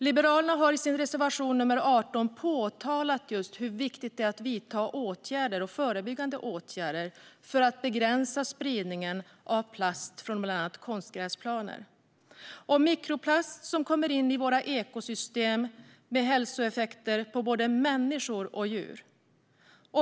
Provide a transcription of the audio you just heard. Liberalerna har i sin reservation nr 18 påpekat hur viktigt det är att vidta åtgärder och förebyggande åtgärder för att begränsa spridningen av plast från bland annat konstgräsplaner. Mikroplast kommer in i våra ekosystem med hälsoeffekter på både människor och djur.